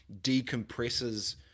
decompresses